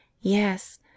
yes